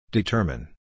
Determine